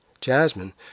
Jasmine